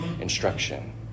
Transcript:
instruction